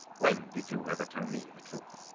when did you ever tell me the truth?